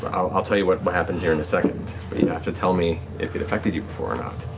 i'll tell you what happens here in a second, but you have to tell me if it affected you before or not.